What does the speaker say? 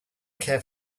care